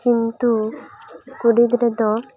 ᱠᱤᱱᱛᱩ ᱠᱩᱲᱤ ᱜᱤᱫᱽᱨᱟᱹ ᱫᱚ